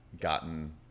gotten